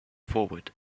forward